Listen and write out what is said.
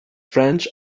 french